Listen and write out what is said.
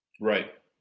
Right